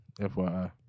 FYI